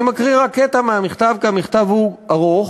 אני מקריא רק קטע מהמכתב, כי המכתב הוא ארוך,